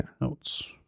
notes